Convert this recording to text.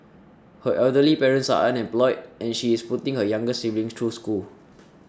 her elderly parents are unemployed and she is putting her younger siblings through school